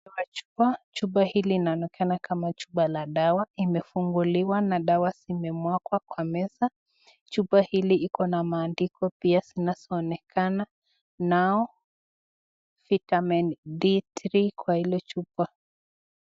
Kuna chupa, chupa hili linaonekana kama chupa la dawa imefunguliwa na dawa zimemwagwa kwa meza, chupa hili iko na maandiko pia zinazoonekana nao (cs) Vitamin D3(cs) kwa ile chupa.